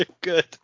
good